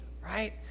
Right